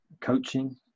coaching